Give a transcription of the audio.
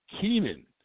Keenan